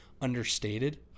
understated